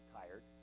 Tired